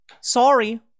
Sorry